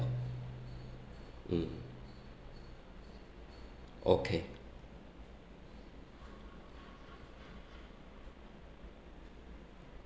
mm okay